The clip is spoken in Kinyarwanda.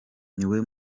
niwe